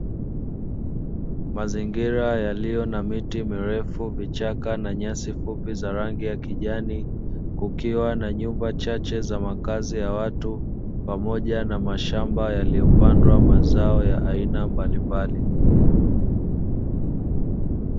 Mazingira yaliyo na miti mirefu, vichaka na nyasi fupi za rangi kijani kukiwa na nyumba chache za makazi ya watu pamoja na mashamba yaliyopandwa mazao ya aina mbalimbali.